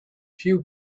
few